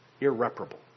irreparable